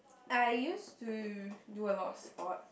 I used to do a lot of sport